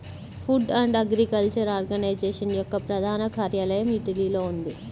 food and agriculture organization యొక్క ప్రధాన కార్యాలయం ఇటలీలో ఉంది